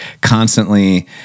constantly